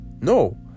no